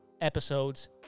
episodes